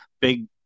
big